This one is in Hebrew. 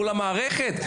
מול המערכת?